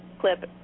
clip